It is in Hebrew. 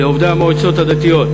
לעובדי המועצות הדתיות,